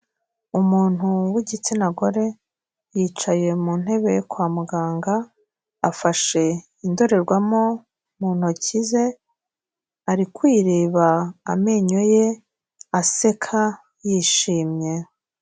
Umuntu w'igitsina gore yicaye mu ntebe kwa muganga afashe indorerwamo mu ntoki ze, ari kwireba amenyo ye aseka yishimye.